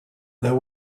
there